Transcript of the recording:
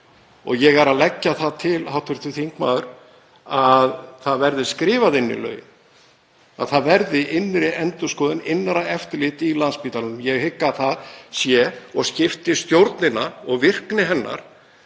Ég er að leggja það til, hv. þingmaður, að það verði skrifað inn í lögin að það verði innri endurskoðun, innra eftirliti, á Landspítalanum. Ég hygg að það skipti stjórnina og virkni hennar